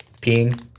peeing